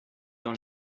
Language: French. dans